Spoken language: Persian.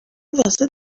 واسه